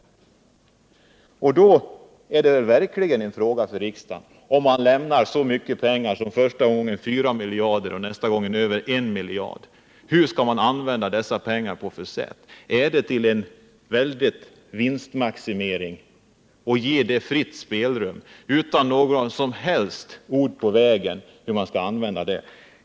Därför är väl detta verkligen en fråga för riksdagen, om den lämnar så mycket pengar som första gången 4 miljarder och nästa gång över 1 miljard kronor. Hur skall man använda de pengarna? Är det till en väldig vinstmaximering med fritt spelrum — utan något som helst ord på vägen om hur pengarna skall användas?